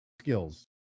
skills